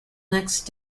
next